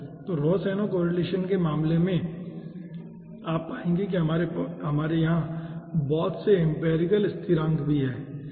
तो Rohsenow correlation के मामले में आप पाएंगे कि हमारे यहां बहुत से एम्पिरिकल स्थिरांक भी हैं ठीक है